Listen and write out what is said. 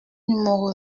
numéro